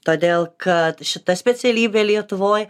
todėl kad šita specialybė lietuvoj